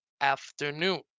afternoon